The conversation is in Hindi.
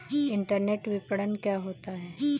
इंटरनेट विपणन क्या होता है?